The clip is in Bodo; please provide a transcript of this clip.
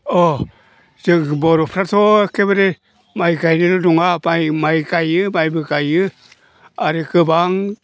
अ जों बर'फ्राथ' एखेबारे माइ गायनोल' नङा माइ माइबो गायो माइबो गायो आरो गोबां